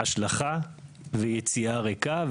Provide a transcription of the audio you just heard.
השלכה ויציאה ריקה.